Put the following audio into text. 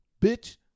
bitch